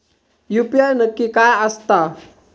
UPI नक्की काय आसता?